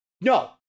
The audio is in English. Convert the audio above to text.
no